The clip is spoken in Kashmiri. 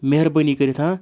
مہربٲنی کٔرِتھ ہہ